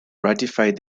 ratified